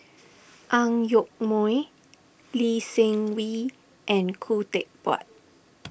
Ang Yoke Mooi Lee Seng Wee and Khoo Teck Puat